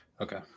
Okay